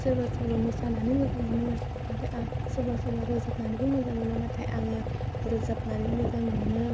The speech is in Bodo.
सोरबा सोरबा मोसानानै मोजां मोनो नाथाय आं सोरबा सोरबा रोजाबनानैबो मोजां मोनो नाथाय आङो रोजाबनानै मोजां मोनो